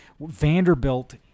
Vanderbilt